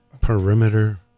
Perimeter